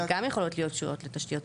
אבל גם יכולות להיות קשורות לתשתיות.